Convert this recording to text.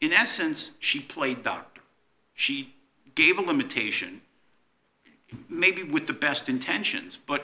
in essence she played doctor she gave a limitation maybe with the best intentions but